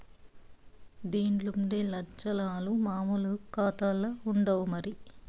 దీన్లుండే లచ్చనాలు మామూలు కాతాల్ల ఉండవు మరి